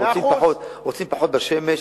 רוצים להיות פחות בשמש,